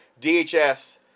DHS